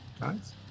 Guys